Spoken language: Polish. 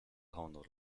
honor